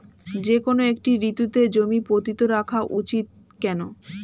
যেকোনো একটি ঋতুতে জমি পতিত রাখা উচিৎ কেন?